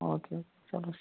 او کے چَلو